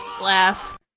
laugh